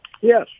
Yes